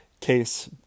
case